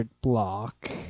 block